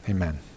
Amen